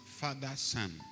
father-son